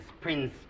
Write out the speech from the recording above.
Prince